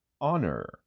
Honor